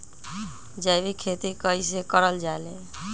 जैविक खेती कई से करल जाले?